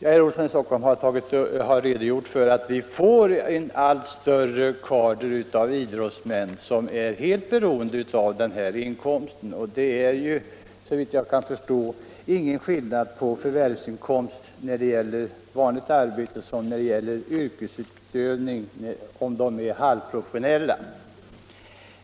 Herr Olsson i Stockholm har redogjort för att vi får en allt större kader av idrottsmän som är helt beroende av den här inkomsten. Det är, såvitt jag kan förstå, ingen skillnad på förvärvsinkomst från vanligt arbete och från halvprofessionell idrottsverksamhet.